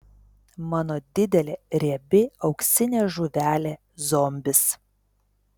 mano didelė riebi auksinė žuvelė zombis